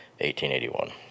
1881